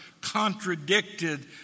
contradicted